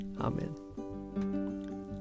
Amen